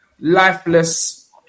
lifeless